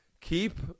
Keep